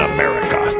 America